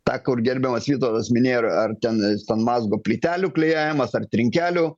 tą kur gerbiamas vytautas minėjo ar ar ten sanmazgo plytelių klijavimas ar trinkelių